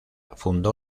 fundó